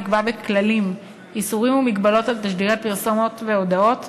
תקבע בכללים איסורים ומגבלות על תשדירי פרסומות והודעות,